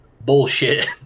Bullshit